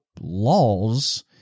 laws